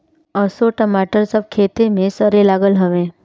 असो टमाटर सब खेते में सरे लागल हवे